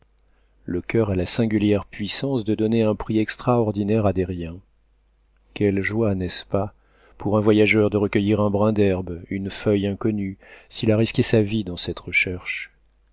le coeur a la singulière puissance de donner un prix extraordinaire à des riens quelle joie n'est-ce pas pour un voyageur de recueillir un brin d'herbe une feuille inconnue s'il a risqué sa vie dans cette recherche